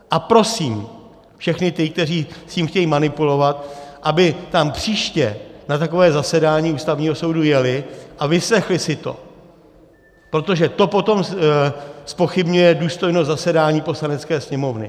A prosím všechny ty, kteří s tím chtějí manipulovat, aby tam příště na takové zasedání Ústavního soudu jeli a vyslechli si to, protože to potom zpochybňuje důstojnost zasedání Poslanecké sněmovny.